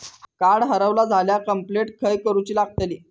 Card हरवला झाल्या complaint खय करूची लागतली?